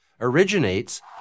originates